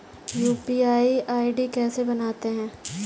UPI ID कैसे बनाते हैं?